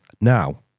Now